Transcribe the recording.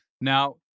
Now